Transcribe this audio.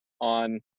on